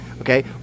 okay